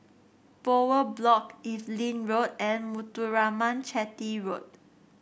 Bowyer Block Evelyn Road and Muthuraman Chetty Road